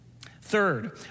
Third